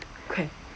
okay